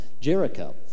Jericho